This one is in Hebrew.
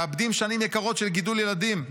מאבדים שנים יקרות של גידול ילדים,